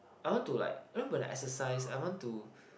I want to like you know when I exercise I want to